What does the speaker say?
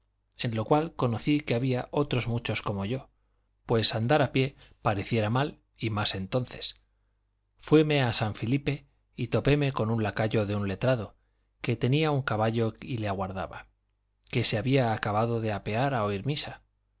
en lo cual conocí que había otros muchos como yo pues andar a pie pareciera mal y más entonces fuime a san filipe y topéme con una lacayo de un letrado que tenía un caballo y le aguardaba que se había acabado de apear a oír misa